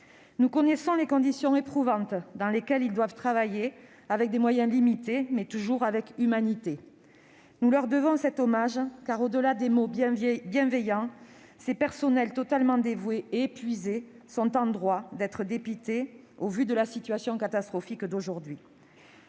Nous connaissons les conditions éprouvantes dans lesquelles ils doivent travailler, avec des moyens limités, mais toujours avec humanité. Nous leur devons cet hommage car, au-delà des mots bienveillants, ces personnels totalement dévoués et épuisés sont en droit d'être dépités au vu de la situation catastrophique d'aujourd'hui.